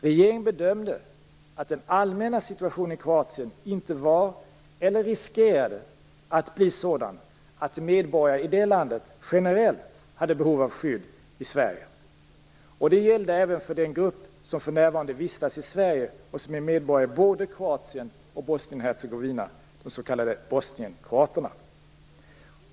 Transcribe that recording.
Regeringen bedömde att den allmänna situationen i Kroatien inte var eller riskerade att bli sådan att medborgare i det landet generellt hade behov av skydd i Sverige. Detta gällde även för den grupp som för närvarande vistas i Sverige och som är medborgare i både Kroatien och Bosnien-Hercegovina, de s.k. bosnienkroaterna.